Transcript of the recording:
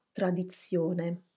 tradizione